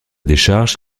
décharge